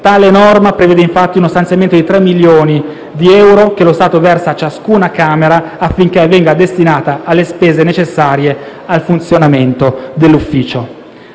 Tale norma prevede infatti uno stanziamento 3 milioni di euro, che lo Stato versa a ciascuna Camera, affinché venga destinata alle spese necessarie al funzionamento dell'Ufficio.